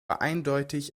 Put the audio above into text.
eindeutig